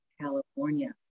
California